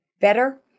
better